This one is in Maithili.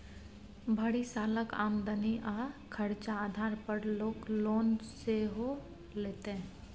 भरि सालक आमदनी आ खरचा आधार पर लोक लोन सेहो लैतै